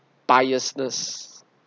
biasness